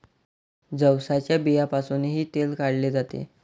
जवसाच्या बियांपासूनही तेल काढले जाते